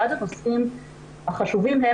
אחד הנושאים החשובים הוא,